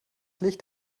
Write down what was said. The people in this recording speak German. licht